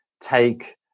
take